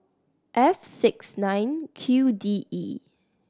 F six nine Q D E